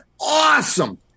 awesome